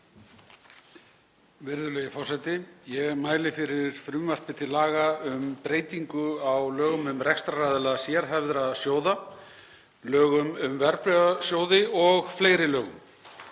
Virðulegi forseti. Ég mæli fyrir frumvarpi til laga um breytingu á lögum um rekstraraðila sérhæfðra sjóða, lögum um verðbréfasjóði og fleiri lögum.